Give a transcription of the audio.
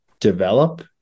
develop